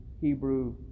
Hebrew